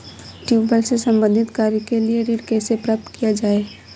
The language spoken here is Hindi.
ट्यूबेल से संबंधित कार्य के लिए ऋण कैसे प्राप्त किया जाए?